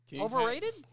Overrated